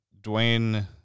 Dwayne